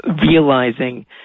realizing